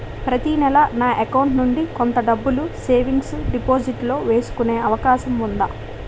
ప్రతి నెల నా అకౌంట్ నుండి కొంత డబ్బులు సేవింగ్స్ డెపోసిట్ లో వేసుకునే అవకాశం ఉందా?